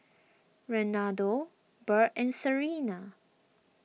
Renaldo Bird and Serena